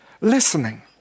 Listening